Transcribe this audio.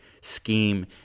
scheme